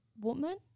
woman